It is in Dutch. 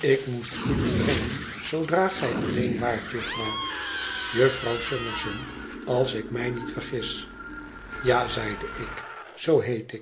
ik moest u die brengen zoodra gij alleen waart jufvrouw jufvrouw summerson als ik mij niet vergis ja zeide ik zoo